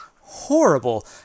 horrible